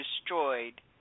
destroyed